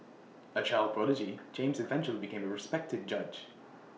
A child prodigy James eventually became A respected judge